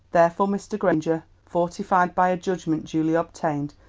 therefore mr. granger, fortified by a judgment duly obtained,